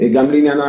גם לעניין